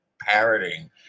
parroting